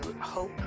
Hope